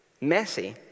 messy